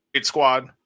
Squad